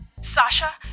Sasha